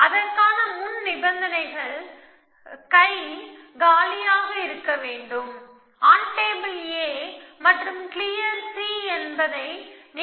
அதற்கான முன் நிபந்தனைகள் கை காலியாக இருக்க வேண்டும் ஆன் டேபிள் A மற்றும் கிளியர் C என்பதை நீங்கள் காணலாம்